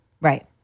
Right